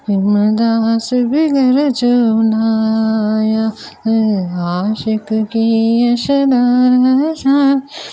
हिमदास बि घर जो न आहियां ऐं आशिकु कीअं सॾायां असां